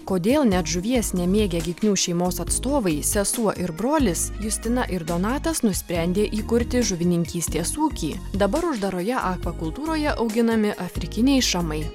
kodėl net žuvies nemėgę giknių šeimos atstovai sesuo ir brolis justina ir donatas nusprendė įkurti žuvininkystės ūkį dabar uždaroje akvakultūroje auginami afrikiniai šamai